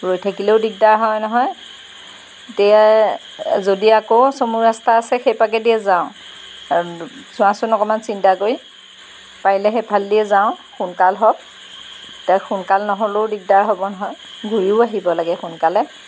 ৰৈ থাকিলেও দিগদাৰ হয় নহয় এতিয়া যদি আকৌ চমু ৰাস্তা আছে সেইপাকেদিয়ে যাওঁ চোৱাচোন অকণমান চিন্তা কৰি পাৰিলে সেইফালদিয়ে যাওঁ সোনকাল হওক এতিয়া সোনকাল নহ'লেও দিগদাৰ হ'ব নহয় ঘূৰিও আহিব লাগে সোনকালে